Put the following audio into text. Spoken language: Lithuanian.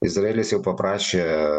izraelis jau paprašė